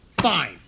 Fine